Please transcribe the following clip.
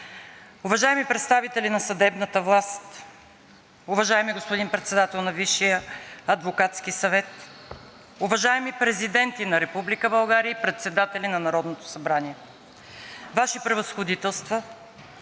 уважаеми представители на съдебната власт, уважаеми господин Председател на Висшия адвокатски съвет, уважаеми президенти на Република България, председатели на Народното събрание, Ваши Превъзходителства,